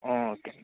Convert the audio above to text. okay